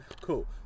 Cool